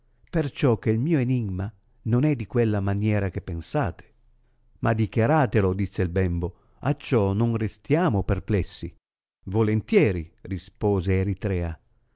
perciò che il mio enimma non è di quella maniera che pensate ma dichiaratelo disse il bembo acciò non restiamo perplessi volentieri rispose eritrea